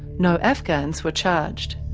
no afghans were charged.